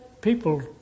people